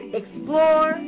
explore